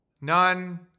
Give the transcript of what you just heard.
None